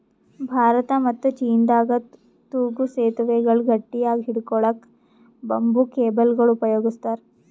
ಭಾರತ ಮತ್ತ್ ಚೀನಾದಾಗ್ ತೂಗೂ ಸೆತುವೆಗಳ್ ಗಟ್ಟಿಯಾಗ್ ಹಿಡ್ಕೊಳಕ್ಕ್ ಬಂಬೂ ಕೇಬಲ್ಗೊಳ್ ಉಪಯೋಗಸ್ತಾರ್